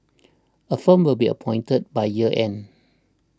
a firm will be appointed by year end